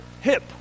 hip